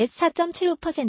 4.75%